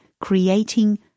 creating